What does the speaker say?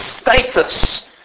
status